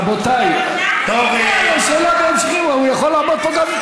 למה, איפה הכסף של ביטוח לאומי?